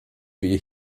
wir